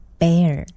Bear 》 。